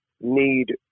need